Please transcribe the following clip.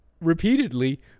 repeatedly